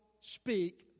speak